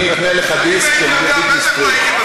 אני אקנה לך דיסק של בריטני ספירס.